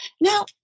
Now